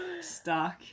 stuck